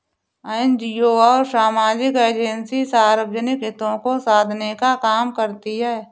NGO और सामाजिक agency सार्वजनिक हितों को साधने का काम करती हैं